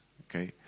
okay